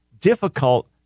difficult